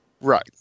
right